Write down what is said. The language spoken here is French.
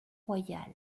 royal